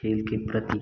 खेल के प्रति